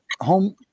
home